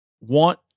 want